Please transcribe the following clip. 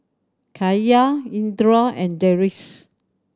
Cahaya Indra and Deris